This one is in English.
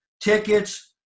tickets